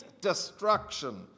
destruction